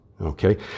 Okay